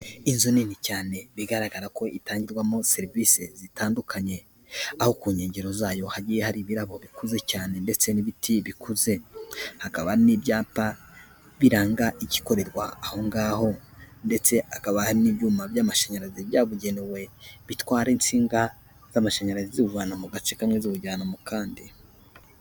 Inzu nini cyane bigaragara ko itangirwamo serivisi zitandukanye. Aho ku nkengero zayo hagiye hari ibirabo bikuze cyane ndetse n'ibiti bikuze. Hakaba hari n'ibyapa, biranga ikikorerwa ahongaho. Ndetse hakaba hari n'ibyuma by'amashanyarazi byabugenewe bitwara insinga, z'amashanyarazi ziwuvana mu gace kamwe ziwujyana mu kandi.